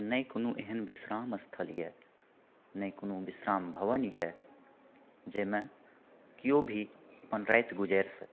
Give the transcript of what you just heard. आ नहि कोनो एहन विश्राम स्थल यऽ नहि कोनो विश्राम भवन यऽ जहिमे केओ भी अपन राति गुजारि सकए